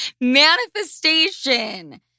Manifestation